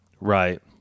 Right